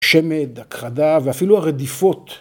‫שמד, הכחדה ואפילו הרדיפות.